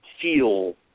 feel